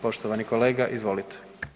Poštovani kolega izvolite.